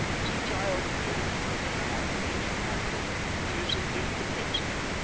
as a child of the ocean, half fish, half woman, she is indeed convincing.